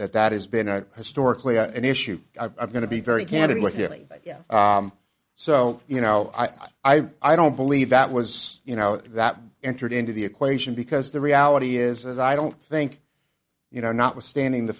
that that has been a historically a an issue i'm going to be very candid with you yeah so you know i i i i don't believe that was you know that entered into the equation because the reality is i don't think you know notwithstanding the